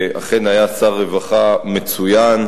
שאכן היה שר רווחה מצוין.